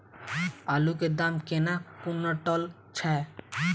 आलु केँ दाम केना कुनटल छैय?